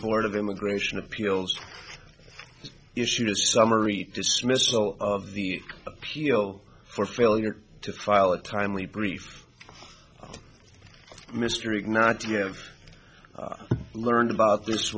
board of immigration appeals issued a summary dismissal of the appeal for failure to file a timely brief mr reed not to have learned about this